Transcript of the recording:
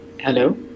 hello